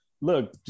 Look